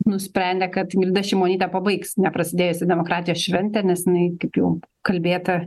nusprendė kad ingrida šimonytė pabaigs neprasidėjusią demokratijos šventę nes jinai kaip jau kalbėta